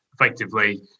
effectively